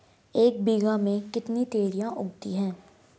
एक बीघा में कितनी तोरियां उगती हैं?